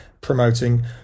promoting